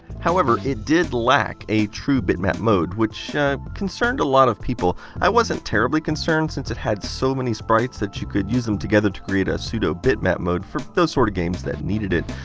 however, it did lack a true bitmap mode, which concerned a lot of people. i wasn't terribly concerned since it had so many sprites you could use them together to create a pseudo bitmap mode for those sort of games that needed it.